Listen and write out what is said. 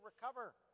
recover